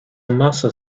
massive